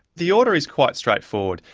the order is quite straightforward.